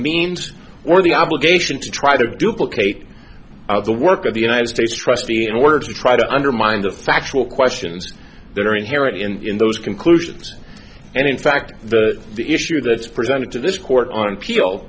means or the obligation to try to duplicate the work of the united states trustee in order to try to undermine the factual questions that are inherent in those conclusions and in fact the issue that's presented to this court on appeal